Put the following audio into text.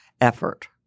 effort